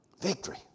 Victory